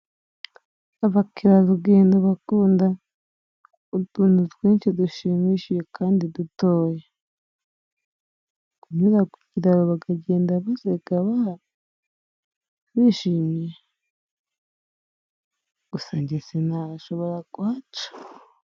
Abakerarugendo bakunda utuntu twinshi dushimishije kandi dutoya. Kunyura ku kiraro bakagenda baseka bishimye! Gusa njye sinashobora kuhaca.